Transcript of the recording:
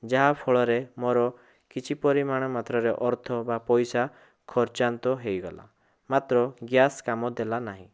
ଯାହାଫଳରେ ମୋର କିଛି ପରିମାଣ ମାତ୍ରାରେ ଅର୍ଥ ବା ପଇସା ଖର୍ଚ୍ଚାନ୍ତ ହେଇଗଲା ମାତ୍ର ଗ୍ୟାସ୍ କାମଦେଲା ନାହିଁ